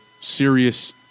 serious